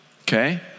Okay